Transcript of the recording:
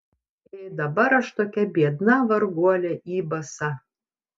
ė dabar aš tokia biedna varguolė į basa